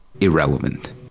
irrelevant